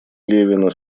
левина